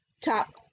top